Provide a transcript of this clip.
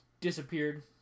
disappeared